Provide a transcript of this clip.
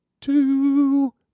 two